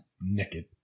naked